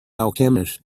alchemist